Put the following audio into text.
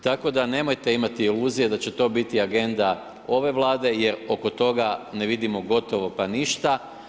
Tako da nemojte imate iluzije da će to biti agenda ove Vlade jer oko toga ne vidimo gotovo pa ništa.